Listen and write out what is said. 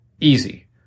Easy